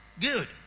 Good